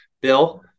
bill